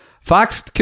Fox